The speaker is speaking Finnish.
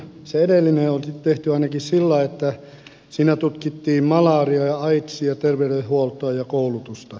se edellinen on tehty ainakin sillä lailla että siinä tutkittiin malariaa aidsia terveydenhuoltoa ja koulutusta